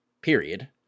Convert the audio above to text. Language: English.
period